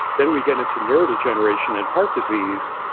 then, we get into neuro-degeneration and heart disease.